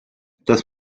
das